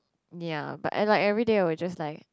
yea but and like everyday I will just like